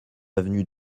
avenue